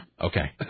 Okay